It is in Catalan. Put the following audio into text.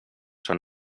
són